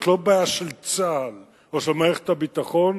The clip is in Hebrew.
לא בעיה של צה"ל או של מערכת הביטחון,